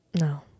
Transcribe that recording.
No